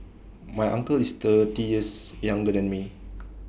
my uncle is thirty years younger than me